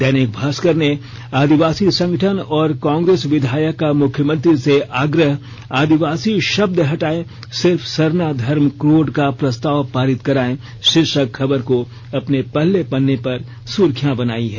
दैनिक भास्कर ने आदिवासी संगठन और कांग्रेस विधायक का मुख्यमंत्री से आग्रह आदिवासी शब्द हटायें सिर्फ सरना धर्म कोड का प्रस्ताव पारित कराएं शीर्षक खबर को अपने पहले पन्ने की सुर्खियां बनाई है